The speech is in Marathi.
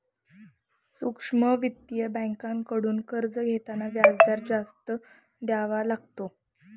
सूक्ष्म वित्तीय बँकांकडून कर्ज घेताना व्याजदर जास्त द्यावा लागतो का?